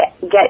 get